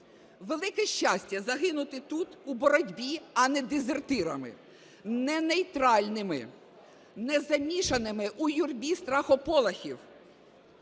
"Велике щастя загинути тут, у боротьбі, а не дезертирами, не нейтральними, не замішаними у юрбі страхополохів,